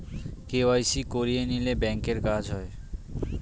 KYC করিয়ে নিলে ব্যাঙ্কের কাজ হয়